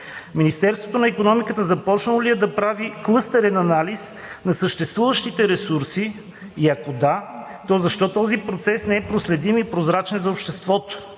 Министерството на икономиката започнало ли е да прави клъстърен анализ на съществуващите ресурси и ако да, то защо този процес не е проследим и прозрачен за обществото?